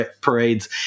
parades